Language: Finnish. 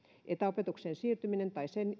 etäopetukseen siirtyminen tai sen